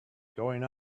going